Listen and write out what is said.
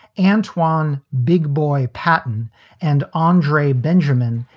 antwan, big boy payton and andre benjamin,